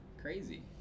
Crazy